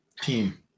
team